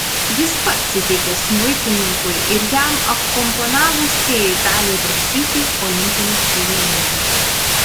jis pats įteikė smuikininkui ir jam akompanavusiai daliai balsytei olimpinius suvenyrus